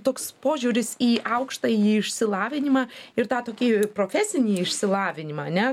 toks požiūris į aukštąjį išsilavinimą ir tą tokį profesinį išsilavinimą ane